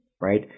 right